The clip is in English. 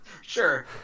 Sure